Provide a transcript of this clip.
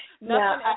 No